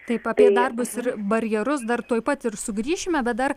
taip apie darbus ir barjerus dar tuoj pat ir sugrįšime bet dar